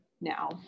now